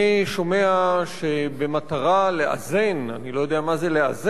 אני שומע שבמטרה לאזן, אני לא יודע מה זה לאזן,